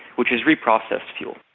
which is reprocessed fuel.